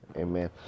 Amen